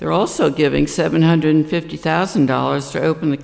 they're also giving seven hundred fifty thousand dollars to open the